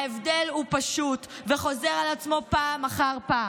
ההבדל הוא פשוט וחוזר על עצמו פעם אחר פעם,